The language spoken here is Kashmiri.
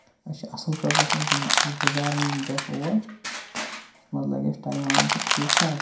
أسۍ چھِ اَصٕل پٲٹھۍ یَژھان زِن یہِ گُزارٕنۍ یِم دۄہ اور نتہٕ لَگہِ اَصٕل ٹایم وایم تہِ ٹھیٖک ٹھاک